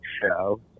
show